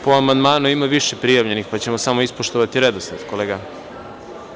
Po amandmanu ima više prijavljenih, pa ćemo samo ispoštovati redosled.